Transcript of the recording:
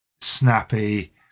snappy